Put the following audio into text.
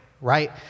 right